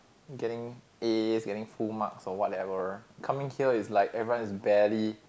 getting A getting full marks or whatever coming here is like every one is badly